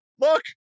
Look